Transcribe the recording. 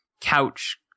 couch